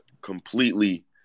completely